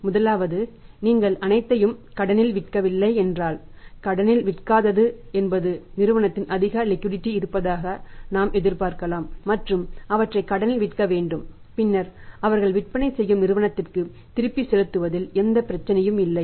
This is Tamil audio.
முதலாவது நீங்கள் அனைத்தையும் கடனில் விற்கவில்லை என்றால் கடனில் விற்காதது என்பது நிறுவனத்தில் அதிக லிக்விடிடி இருப்பதாக நாம் எதிர்பார்க்கலாம் மற்றும் அவற்றை கடனில் விற்க வேண்டும் பின்னர் அவர்கள் விற்பனை செய்யும் நிறுவனத்திற்கு திருப்பிச் செலுத்துவதில் எந்த பிரச்சனையும் இல்லை